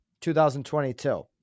2022